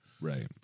Right